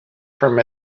from